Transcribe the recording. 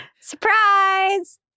Surprise